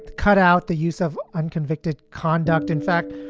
cut out the use of unconvicted conduct. in fact,